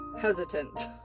Hesitant